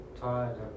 tired